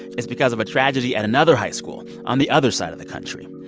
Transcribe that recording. it's because of a tragedy at another high school on the other side of the country.